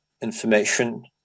information